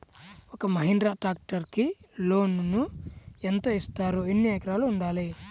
ఒక్క మహీంద్రా ట్రాక్టర్కి లోనును యెంత ఇస్తారు? ఎన్ని ఎకరాలు ఉండాలి?